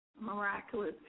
miraculous